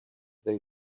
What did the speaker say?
they